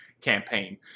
campaign